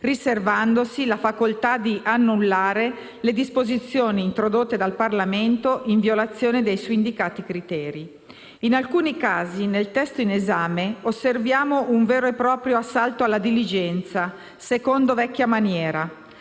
riservandosi la facoltà di annullare le disposizioni introdotte dal Parlamento in violazione dei suindicati criteri. In alcuni casi nel testo in esame osserviamo un vero e proprio assalto alla diligenza, secondo una vecchia maniera.